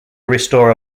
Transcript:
restore